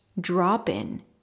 drop-in